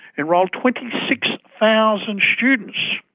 enrolled twenty six thousand students,